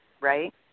Right